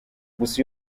gusa